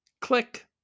Click